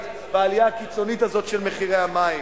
בעלייה הקיצונית הזאת של מחירי הדלק.